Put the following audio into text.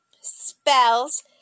spells